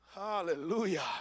Hallelujah